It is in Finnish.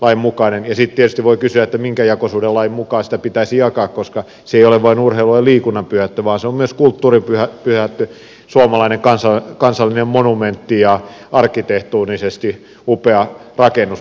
sitten tietysti voi kysyä minkä jakosuhdelain mukaan sitä pitäisi jakaa koska se ei ole vain urheilun ja liikunnan pyhättö vaan se on myös kulttuuriin pyhättö suomalainen kansallinen monumentti ja arkkitehtonisesti upea rakennus